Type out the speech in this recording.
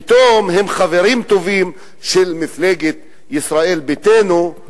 פתאום הם חברים טובים של מפלגת ישראל ביתנו,